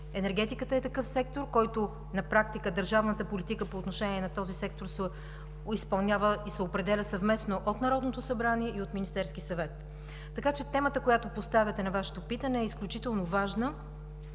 Енергетиката е такъв сектор, в който на практика държавната политика по отношение на този сектор се изпълнява и се определя съвместно от Народното събрание и от Министерския съвет. Така че темата, която поставяте на Вашето питане, е изключително важна,